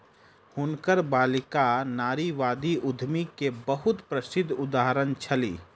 हुनकर बालिका नारीवादी उद्यमी के बहुत प्रसिद्ध उदाहरण छली